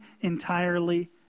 entirely